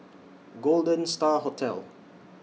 Golden STAR Hotel